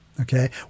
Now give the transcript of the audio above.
Okay